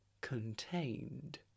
contained